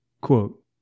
quote